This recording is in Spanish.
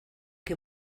que